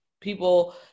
people